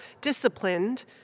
disciplined